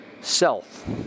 self